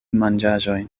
manĝaĵoj